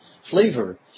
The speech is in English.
flavor